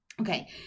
okay